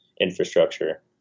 infrastructure